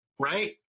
Right